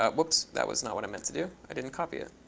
ah whoops. that was not what i meant to do. i didn't copy it.